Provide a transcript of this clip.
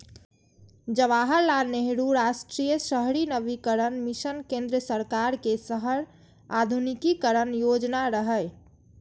जवाहरलाल नेहरू राष्ट्रीय शहरी नवीकरण मिशन केंद्र सरकार के शहर आधुनिकीकरण योजना रहै